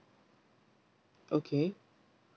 okay